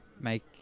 make